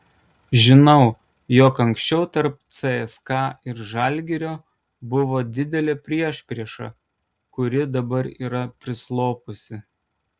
žinau jog anksčiau tarp cska ir žalgirio buvo didelė priešprieša kuri dabar yra prislopusi